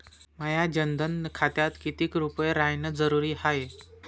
माह्या जनधन खात्यात कितीक रूपे रायने जरुरी हाय?